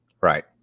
Right